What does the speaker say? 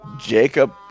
Jacob